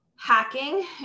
hacking